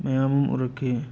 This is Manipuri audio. ꯃꯌꯥꯝ ꯑꯃ ꯎꯔꯛꯈꯤ